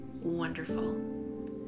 wonderful